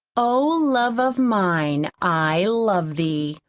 oh, love of mine, i love thee.